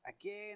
again